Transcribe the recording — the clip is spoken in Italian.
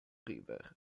river